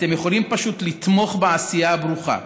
אתם יכולים פשוט לתמוך בעשייה הברוכה,